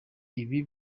ibi